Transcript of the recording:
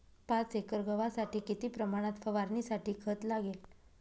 पाच एकर गव्हासाठी किती प्रमाणात फवारणीसाठी खत लागेल?